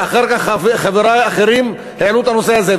ואחר כך חברי האחרים העלו את הנושא הזה.